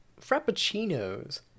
Frappuccinos